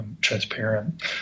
transparent